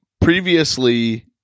previously